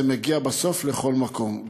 זה מגיע בסוף לכל מקום,